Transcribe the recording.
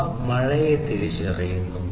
അവ മഴയെ തിരിച്ചറിയുന്നു